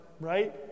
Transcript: right